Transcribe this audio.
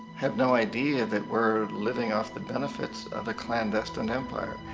have no idea that we're living off the benefits of the clandestine empire.